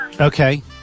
Okay